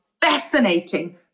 fascinating